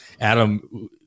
Adam